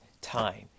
time